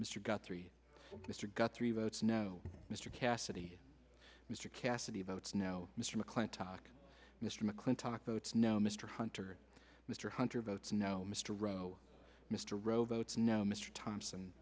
guthrie mr got three votes no mr cassidy mr cassidy votes no mr mcclintock mr mcclintock votes no mr hunter mr hunter votes no mr row mr rowboats no mr thompson